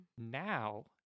now